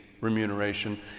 remuneration